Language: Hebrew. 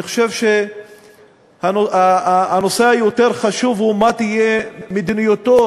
אני חושב שהנושא היותר-חשוב הוא מה תהיה מדיניותו